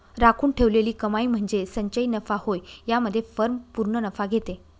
राखून ठेवलेली कमाई म्हणजे संचयी नफा होय यामध्ये फर्म पूर्ण नफा घेते